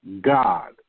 God